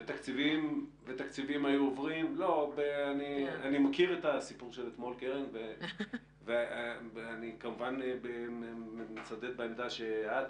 אני מכיר את הסיפור של אתמול ואני כמובן מצדד בעמדה שאת,